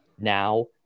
now